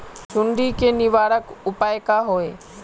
सुंडी के निवारक उपाय का होए?